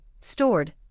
stored